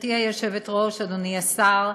גברתי היושבת-ראש, אדוני השר,